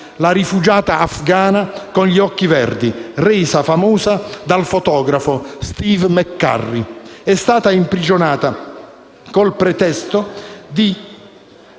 la rifugiata afghana con gli occhi verdi resa famosa dal fotografo Steve McCurry. È stata imprigionata con il pretesto di